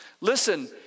Listen